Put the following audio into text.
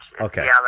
Okay